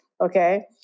okay